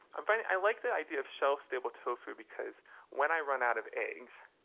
i'm finding i like the idea of shelf-stable tofu because when i run out of eggs,